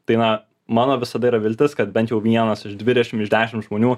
tai na mano visada yra viltis kad bent jau vienas iš dvidešim iš dešim žmonių